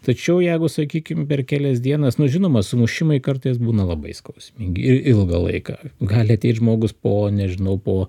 tačiau jeigu sakykim per kelias dienas nu žinoma sumušimai kartais būna labai skausmingi ir ilgą laiką gali ateit žmogus po nežinau po